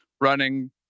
running